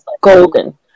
golden